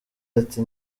ati